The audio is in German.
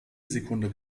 sekunde